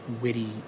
witty